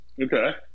Okay